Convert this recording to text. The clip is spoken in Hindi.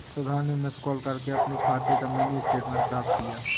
सुधा ने मिस कॉल करके अपने खाते का मिनी स्टेटमेंट प्राप्त किया